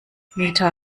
mieter